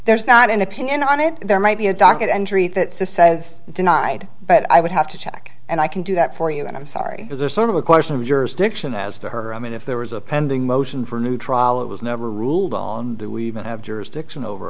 there's not an opinion on it there might be a docket entry that says says denied but i would have to check and i can do that for you and i'm sorry is there sort of a question of jurisdiction as to her i mean if there was a pending motion for new trial it was never ruled on do we even have jurisdiction over